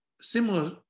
similar